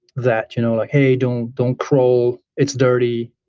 that you know like hey, don't don't crawl, it's dirty,